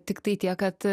tiktai tiek kad